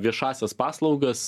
viešąsias paslaugas